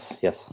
yes